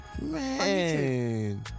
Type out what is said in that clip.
Man